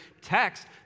text